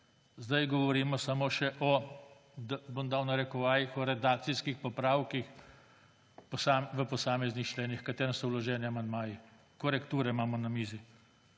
Zdaj govorimo samo še o, bom dal v narekovaje, o »redakcijskih popravkih« v posameznih členih, h katerim so vloženi amandmaji. Korekture imamo na mizi.